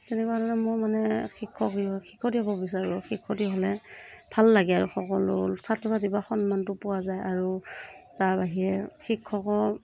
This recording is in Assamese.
তেনেকুৱা ধৰণে মোৰ মানে শিক্ষক শিক্ষয়িত্ৰী হ'ব বিচাৰোঁ শিক্ষয়িত্ৰী হ'লে ভাল লাগে আৰু সকলো ছাত্ৰ ছাত্ৰীৰ পৰা সন্মানটো পোৱা যায় আৰু তাৰ বাহিৰে শিক্ষকৰ